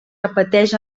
repeteix